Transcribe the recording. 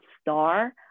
star